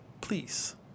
Please